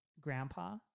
grandpa